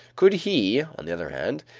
could he, on the other hand,